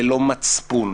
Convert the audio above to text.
ללא מצפון